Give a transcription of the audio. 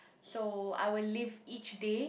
so I will live each day